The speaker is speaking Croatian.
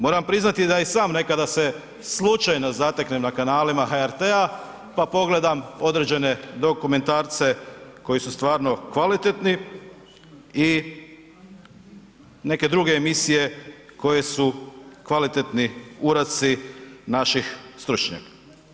Moram priznati da i sam nekada se slučajno zateknem na kanalima HRT-a pa pogledam određene dokumentarce koji su stvarno kvalitetni i neke druge emisije koje su kvalitetni uradci naših stručnjaka.